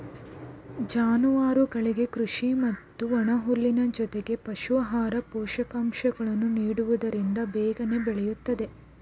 ಜಾನುವಾರುಗಳಿಗೆ ಕೃಷಿ ಮತ್ತು ಒಣಹುಲ್ಲಿನ ಜೊತೆಗೆ ಪಶು ಆಹಾರ, ಪೋಷಕಾಂಶಗಳನ್ನು ನೀಡುವುದರಿಂದ ಬೇಗನೆ ಬೆಳೆಯುತ್ತದೆ